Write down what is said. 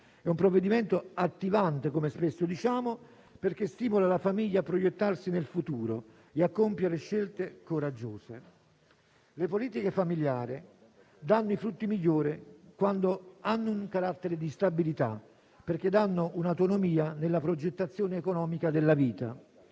È un provvedimento attivante, come spesso diciamo, perché stimola la famiglia a proiettarsi nel futuro e a compiere scelte coraggiose. Le politiche familiari danno i frutti migliori quando hanno un carattere di stabilità, perché danno un'autonomia nella progettazione economica della vita.